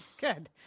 good